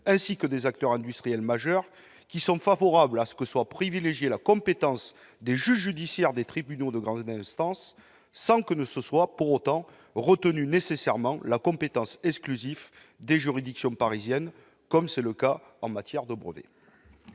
ainsi que des acteurs industriels majeurs qui sont favorables à ce que soit privilégiée la compétence des juges judiciaires des tribunaux de grande instance, sans pour autant que soit nécessairement retenue la compétence exclusive des juridictions parisiennes, comme c'est le cas en matière de brevets.